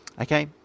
Okay